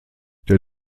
der